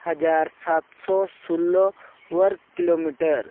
ᱦᱟᱡᱟᱨ ᱥᱟᱛ ᱥᱚ ᱥᱩᱞᱞᱚ ᱳᱣᱚᱨᱠ ᱠᱤᱞᱳᱢᱤᱴᱟᱨ